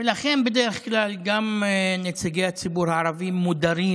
לכן בדרך כלל גם נציגי הציבור הערבי מודרים